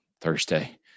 thursday